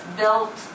built